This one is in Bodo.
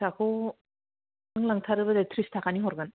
फिसाखौ नों लांथारोबालाय थ्रिस थाखानि हरगोन